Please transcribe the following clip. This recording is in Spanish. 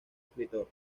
escritor